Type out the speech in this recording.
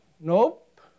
Nope